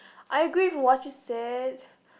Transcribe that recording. I agree what you said